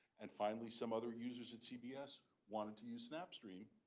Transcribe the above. and finally some other users at cbs wanted to use snapstream.